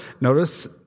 Notice